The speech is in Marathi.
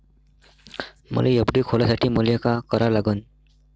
मले एफ.डी खोलासाठी मले का करा लागन?